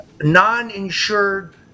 non-insured